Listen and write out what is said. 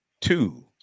two